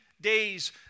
days